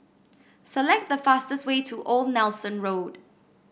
select the fastest way to Old Nelson Road